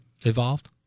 evolved